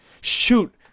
Shoot